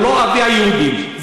הוא לא אבי היהודים.